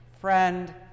Friend